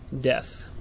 death